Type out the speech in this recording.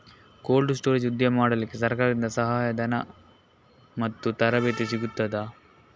Cold storage ಉದ್ಯಮ ಮಾಡಲಿಕ್ಕೆ ಸರಕಾರದಿಂದ ಸಹಾಯ ಧನ ಮತ್ತು ತರಬೇತಿ ಸಿಗುತ್ತದಾ?